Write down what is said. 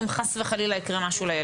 אם חס וחלילה יקרה משהו לילד.